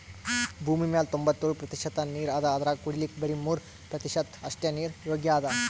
ಭೂಮಿಮ್ಯಾಲ್ ತೊಂಬತ್ತೆಳ್ ಪ್ರತಿಷತ್ ನೀರ್ ಅದಾ ಅದ್ರಾಗ ಕುಡಿಲಿಕ್ಕ್ ಬರಿ ಮೂರ್ ಪ್ರತಿಷತ್ ಅಷ್ಟೆ ನೀರ್ ಯೋಗ್ಯ್ ಅದಾ